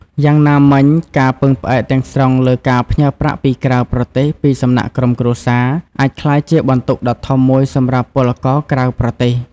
យ៉ាងណាមិញ ការពឹងផ្អែកទាំងស្រុងលើការផ្ញើប្រាក់ពីក្រៅប្រទេសពីសំណាក់ក្រុមគ្រួសារ អាចក្លាយជាបន្ទុកដ៏ធំមួយសម្រាប់ពលករក្រៅប្រទេស។